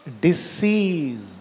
deceive